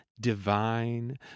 Divine